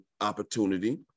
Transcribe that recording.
opportunity